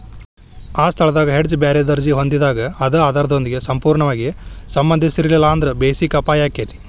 ಆ ಸ್ಥಳದಾಗ್ ಹೆಡ್ಜ್ ಬ್ಯಾರೆ ದರ್ಜಿ ಹೊಂದಿದಾಗ್ ಅದ ಆಧಾರದೊಂದಿಗೆ ಸಂಪೂರ್ಣವಾಗಿ ಸಂಬಂಧಿಸಿರ್ಲಿಲ್ಲಾಂದ್ರ ಬೆಸಿಕ್ ಅಪಾಯಾಕ್ಕತಿ